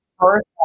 first